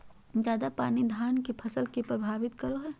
ज्यादा पानी धान के फसल के परभावित करो है?